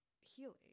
healing